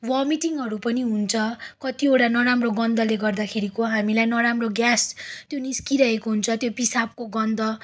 भमिटिङहरू पनि हुन्छ कतिवटा नराम्रो गन्धले गर्दाखेरिको हामीलाई नराम्रो ग्यास त्यो निस्किरहेको हुन्छ त्यो पिसाबको गन्ध